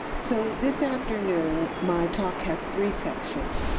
so, this afternoon, my talk has three sections.